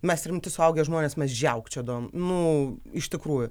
mes rimti suaugę žmonės mes žiaukčiodavom nu iš tikrųjų